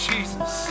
Jesus